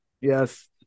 Yes